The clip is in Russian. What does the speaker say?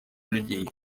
людей